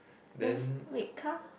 the red car